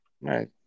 Right